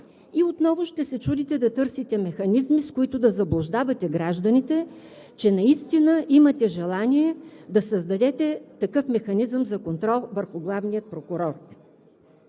и отново ще се чудите, да търсите механизми, с които да заблуждавате гражданите, че наистина имате желание да създадете такъв механизъм за контрол върху главния прокурор.